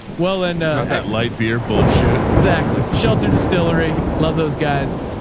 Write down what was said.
well then that light beer bullshit. exactly. sheltered distillery. love those guys.